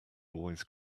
always